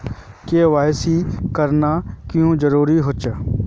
KYC करना क्याँ जरुरी होचे?